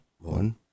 One